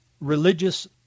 religious